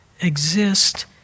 exist